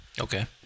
Okay